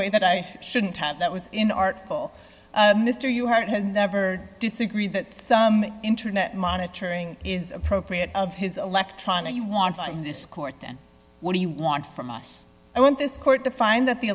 way that i shouldn't have that was in artful mr you heard has never disagreed that some internet monitoring is appropriate of his electronic you want in this court then what do you want from us i want this court to find that the